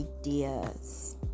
ideas